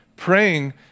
praying